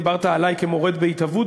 אתה דיברת עלי כמורד בהתהוות,